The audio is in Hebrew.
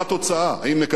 האם נקבל שלום.